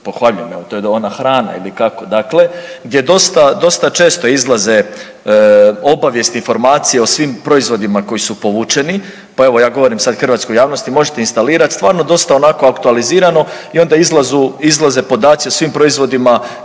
pohvaljujem. To je ona hrana ili kako dakle gdje dosta često izlaze obavijesti, informacije o svim proizvodima koji su povućeni. Pa evo ja govorim sada hrvatskoj javnosti možete instalirati. Stvarno dosta onako aktualizirano i onda izlaze podaci o svim proizvodima